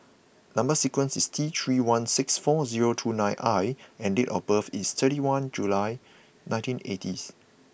number sequence is T three one six four zero two nine I and date of birth is thirty one July nineteen eighty's